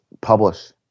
publish